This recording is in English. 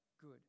good